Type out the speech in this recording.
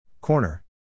Corner